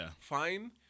fine